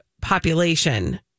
population